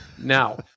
Now